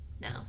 No